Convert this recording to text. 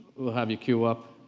have you queue up